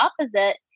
opposite